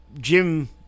Jim